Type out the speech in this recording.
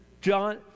John